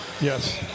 Yes